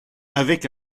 avec